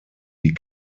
die